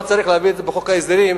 לא צריך להביא את זה בחוק ההסדרים,